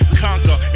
conquer